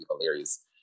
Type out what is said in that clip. hilarious